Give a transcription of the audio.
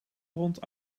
rond